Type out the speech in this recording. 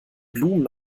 blumen